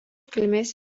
kilmės